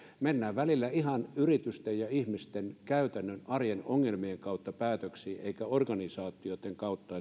mennään välillä ihan yritysten ja ihmisten käytännön arjen ongelmien kautta päätöksiin eikä organisaatioitten kautta